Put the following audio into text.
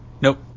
Nope